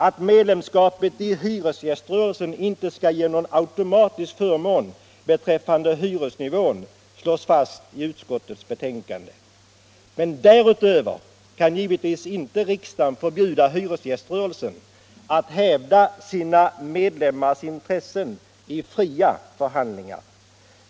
Att medlemskapet i hyresgäströrelsen inte skall ge någon automatisk förmån beträffande hyresnivån slås fast i utskottets betänkande. Men därutöver kan givetvis inte riksdagen förbjuda hyresgäströrelsen att hävda sina medlemmars intressen i fria förhandlingar.